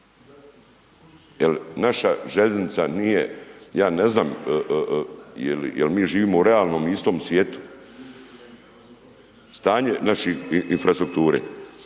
naša željeznica nije, ja ne znam jel mi živimo u realnom i istom svijetu, stanje naših infrastrukture.